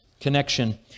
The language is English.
connection